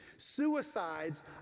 suicides